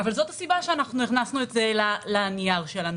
זו הסיבה שהכנסנו את זה לנייר שלנו.